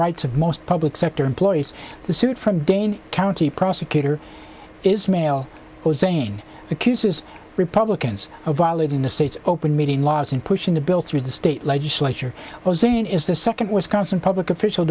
rights of most public sector employees the suit from dane county prosecutor is male hussein accuses republicans of violating the state's open meeting laws and pushing the bill through the state legislature was saying is the second was constant public official